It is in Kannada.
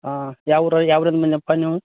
ಹಾಂ ಯಾವ ಊರ ಯಾವ ಊರಿನ ಮಂದಿಯಪ್ಪ ನೀವು